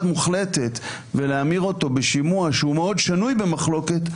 מוחלטת ולהמיר אותו בשימוע שהוא מאוד שנוי במחלוקת,